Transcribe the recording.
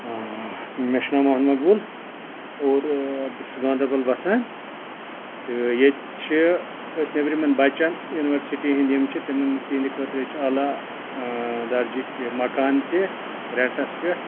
مےٚ چھُ ناو محمد مقبوٗل اور بہٕ چھُس گاندَربَل بَسان تہٕ ییٚتہِ چھِ ٲسۍ نٮ۪برِمٮ۪ن بَچَن یوٗنِؤرسِٹی ہِنٛدۍ چھِ تِمَن تِہِنٛدِ خٲطرٕ ییٚتہِ چھِ اعلیٰ درجِکۍ مکان تہِ رٮ۪نٛٹَس پٮ۪ٹھ